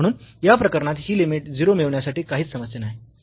म्हणून या प्रकरणात ही लिमिट 0 मिळविण्यासाठी काहीच समस्या नाही